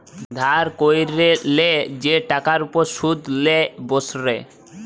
ধার ক্যরলে যে টাকার উপর শুধ লেই বসরে